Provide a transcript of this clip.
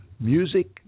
music